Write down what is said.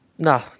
No